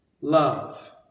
Love